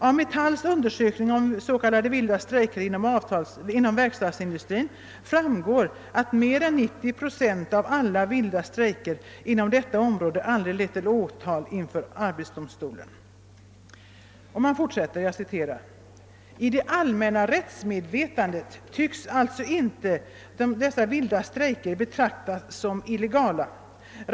Av Metalls undersökning om vilda strejker inom verkstadsindustrin framgår att mer än 90 procent av alla vilda strejker inom detta område aldrig lett till åtal inför AD.» Och man fortsätter: »I det allmänna rättsmedvetandet tycks alltså inte de vilda strejkerna betraktas som illegala.